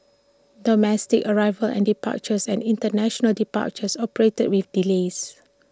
domestic arrivals and departures and International departures operated with delays